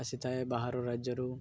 ଆସି ଥାଏ ବାହାର ରାଜ୍ୟରୁ